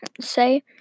Say